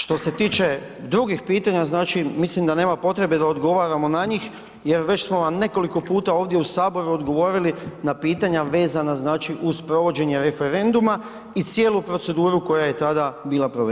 Što se tiče drugih pitanja znači mislim da nema potrebe da odgovaramo na njih jer već smo vam nekoliko puta ovdje u Saboru odgovorili na pitanja vezana znači uz provođenje referenduma i cijelu proceduru koja je tada bila provedena.